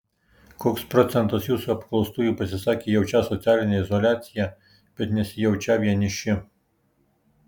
koks procentas jūsų apklaustųjų pasisakė jaučią socialinę izoliaciją bet nesijaučią vieniši